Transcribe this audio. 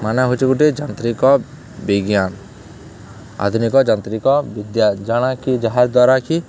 ମାନେ ହେଉଛେ ଗୁଟେ ଯାନ୍ତ୍ରିକ ବିଜ୍ଞାନ୍ ଆଧୁନିକ ଯାନ୍ତ୍ରିକ ବିଦ୍ୟା ଜାଣାକି ଯାହାର୍ ଦ୍ୱାରା କି